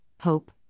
hope